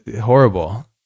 horrible